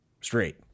Straight